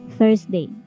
Thursday